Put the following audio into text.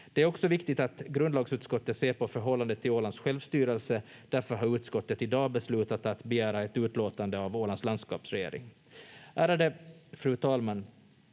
Det är också viktigt att grundlagsutskottet ser på förhållandet till Ålands självstyrelse. Därför har utskottet i dag beslutat att begära ett utlåtande av Ålands landskapsregering. Ärade fru talman!